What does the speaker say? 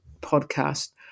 podcast